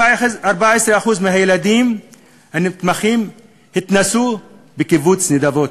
14% מהילדים הנתמכים התנסו בקיבוץ נדבות,